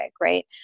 Right